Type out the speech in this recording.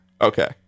okay